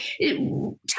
Tell